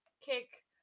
kick